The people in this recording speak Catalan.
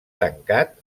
tancat